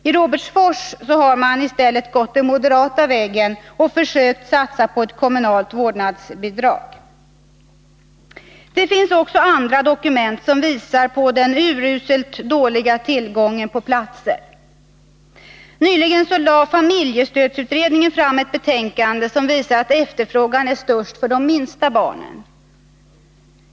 I Robertsfors har man i stället gått den moderata vägen och försökt satsa på ett kommunalt vårdnadsbidrag. Det finns också andra dokument som visar på den uruselt dåliga tillgången på platser. Nyligen lade familjestödsutredningen fram ett betänkande som visar att efterfrågan är störst när det gäller de minsta barnen.